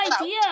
idea